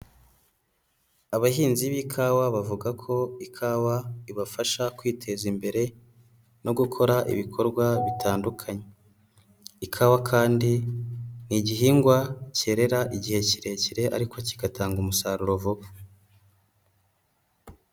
Abahinzi b'ikawa bavuga ko ikawa ibafasha kwiteza imbere no gukora ibikorwa bitandukanye, ikawa kandi ni igihingwa kerera igihe kirekire ariko kigatanga umusaruro vuba.